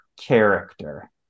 character